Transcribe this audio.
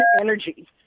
energy